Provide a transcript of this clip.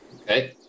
Okay